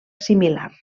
similar